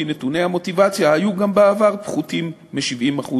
נתוני המוטיבציה היו גם בעבר פחותים מ-70%,